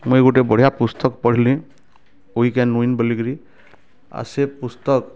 ମୁଇଁ ଗୋଟେ ବଢ଼ିଆ ପୁସ୍ତକ ପଢ଼ିଲି ଉଇ କ୍ୟାନ୍ ୱିନ୍ ବୋଲିକିରି ଆଉ ସେ ପୁସ୍ତକ